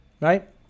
right